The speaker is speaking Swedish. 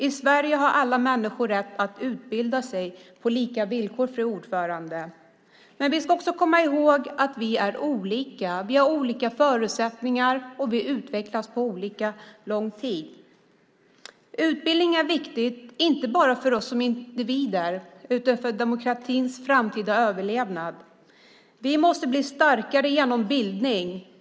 I Sverige har alla människor rätt att utbilda sig på lika villkor, fru talman. Men vi ska också komma ihåg att vi är olika. Vi har olika förutsättningar och vi utvecklas på olika lång tid. Utbildning är viktigt inte bara för oss som individer utan för demokratins framtida överlevnad. Vi måste bli starkare genom bildning.